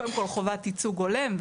קודם כל חובת ייצוג הולם,